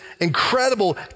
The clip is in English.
incredible